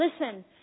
Listen